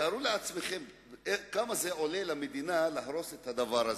תארו לעצמכם כמה עולה למדינה להרוס את הדבר הזה.